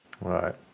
Right